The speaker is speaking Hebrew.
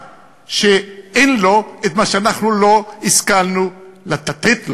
שאין לו מה שאנחנו לא השכלנו לתת לו.